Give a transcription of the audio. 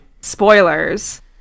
spoilers